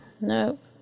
Nope